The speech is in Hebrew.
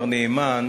מר נאמן,